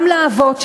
גם לאבות.